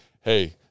hey